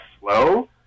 slow